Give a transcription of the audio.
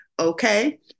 Okay